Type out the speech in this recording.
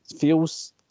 feels